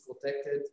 protected